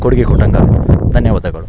ಕೊಡುಗೆ ಕೊಟ್ಟಂತಾಗುತ್ತೆ ಧನ್ಯವಾದಗಳು